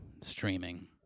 streaming